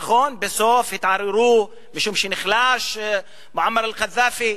נכון, בסוף התעוררו, משום שנחלש מועמר קדאפי,